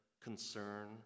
concern